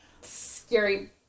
Scary